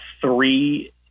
three